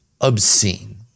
obscene